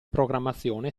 programmazione